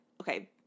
okay